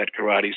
karate